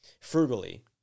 Frugally